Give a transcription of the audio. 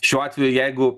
šiuo atveju jeigu